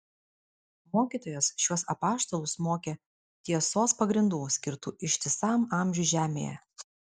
mokytojas šiuos apaštalus mokė tiesos pagrindų skirtų ištisam amžiui žemėje